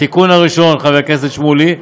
התיקון הראשון, חבר הכנסת שמולי,